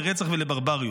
לרצח ולברבריות.